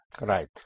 Right